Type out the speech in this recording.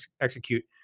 execute